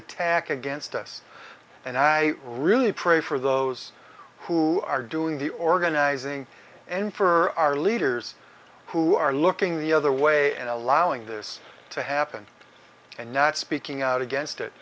attack against us and i really pray for those who are doing the organizing and for our leaders who are looking the other way and allowing this to happen and not speaking out against it